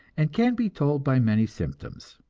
and can be told by many symptoms.